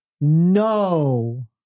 no